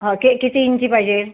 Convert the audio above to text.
हो के किती इंची पाहिजे